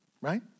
Right